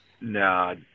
No